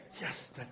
Yes